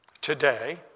Today